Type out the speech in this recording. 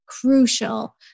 crucial